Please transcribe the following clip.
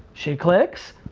she clicks,